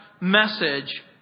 message